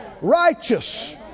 Righteous